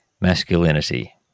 masculinity